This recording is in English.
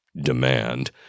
demand